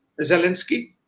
Zelensky